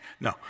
No